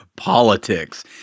politics